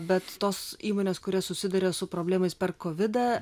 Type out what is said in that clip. bet tos įmonės kurios susiduria su problemais per kovidą